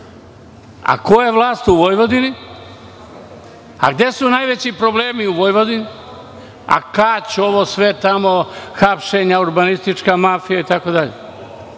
Ko je vlast u Vojvodini? Gde su najveći problemi? U Vojvodini, Kać, ovo sve tamo, hapšenja, urbanistička mafija itd. Prema